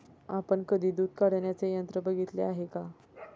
आपण कधी दूध काढण्याचे यंत्र बघितले आहे का?